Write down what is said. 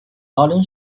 garden